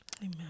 Amen